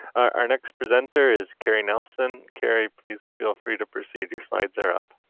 our next presenter is carrie nelson. carrie, please feel free to proceed. your slides are up.